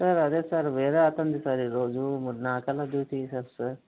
sir అదే sir వేరే అతనిది సార్ ఈ రోజు మరి నాకు అని డ్యూటీ వేసారు సార్